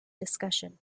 discussion